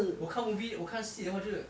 我看 movie 我看戏的话就是